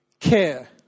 Care